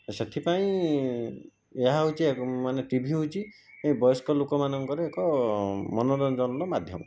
ଆଉ ସେଥିପାଇଁ ଏହା ହେଉଛି ଏକ ମାନେ ଟିଭି ହେଉଛି ବୟସ୍କ ଲୋକମାନଙ୍କର ଏକ ମନୋରଞ୍ଜନର ମାଧ୍ୟମ